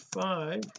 five